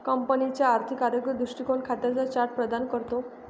कंपनीचा आर्थिक आरोग्य दृष्टीकोन खात्यांचा चार्ट प्रदान करतो